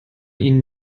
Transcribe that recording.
ihnen